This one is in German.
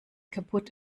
kaputt